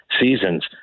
seasons